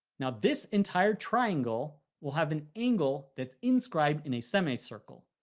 now, this entire triangle will have an angle that's inscribed in a semicircle.